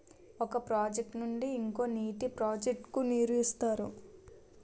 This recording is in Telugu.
ఒక ప్రాజెక్ట్ నుండి ఇంకో నీటి ప్రాజెక్ట్ కు నీరు ఇస్తారు